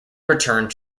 returned